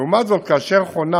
לעומת זאת, כאשר חונה